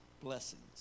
blessings